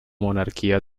monarquía